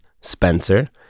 Spencer